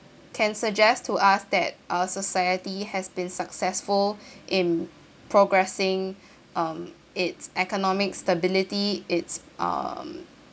can suggest to us that our society has been successful in progressing um it's economic stability it's uh